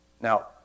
Now